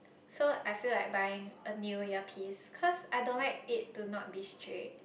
so I feel like buying a new earpiece cause I don't like it to not be straight